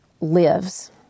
lives